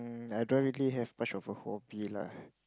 I don't really have much of a hobby lah